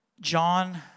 John